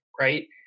right